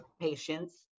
patients